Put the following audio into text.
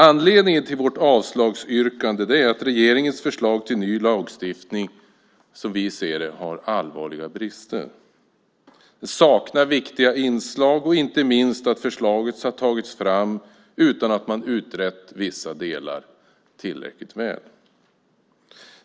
Anledningen till vårt avslagsyrkande är att regeringens förslag till ny lagstiftning som vi ser det har allvarliga brister och saknar viktiga inslag. Inte minst handlar det också om att förslaget har tagits fram utan att man utrett vissa delar tillräckligt väl.